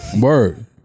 Word